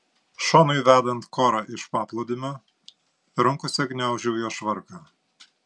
šonui vedant korą iš paplūdimio rankose gniaužau jo švarką